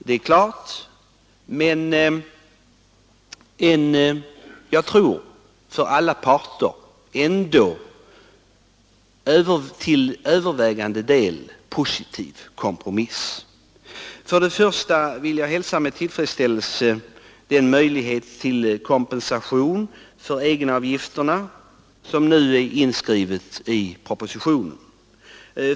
Men jag tror ändå det är en för alla parter till övervägande del positiv kompromiss. För det första vill jag hälsa med tillfredsställelse den möjlighet till kompensation av egenavgifterna som nu är inskriven i propositionen.